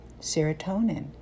serotonin